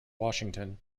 washington